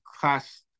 class